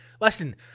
listen